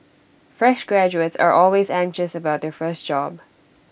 fresh graduates are always anxious about their first job